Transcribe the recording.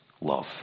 love